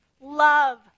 love